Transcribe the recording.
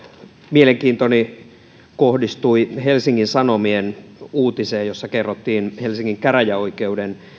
mielenkiintoni kohdistui helsingin sanomien uutiseen jossa kerrottiin helsingin käräjäoikeuden